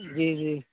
جی جی